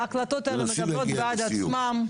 ההקלטות האלה מדברות בעד עצמן.